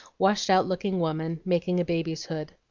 washed-out-looking woman, making a baby's hood.